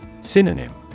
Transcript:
Synonym